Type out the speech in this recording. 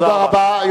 תודה רבה.